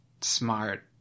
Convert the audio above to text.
smart